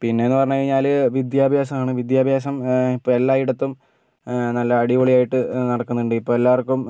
പിന്നേന്ന് പറഞ്ഞ് കഴിഞ്ഞാൽ വിദ്യാഭ്യാസമാണ് വിദ്യാഭ്യാസം ഇപ്പോൾ എല്ലായിടത്തും നല്ല അടിപൊളിയായിട്ട് നടക്കുന്നുണ്ട് ഇപ്പെല്ലാവർക്കും